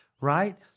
right